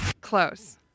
Close